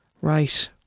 Right